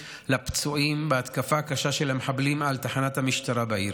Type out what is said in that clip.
לפצועים בהתקפה הקשה של המחבלים על תחנת המשטרה בעיר.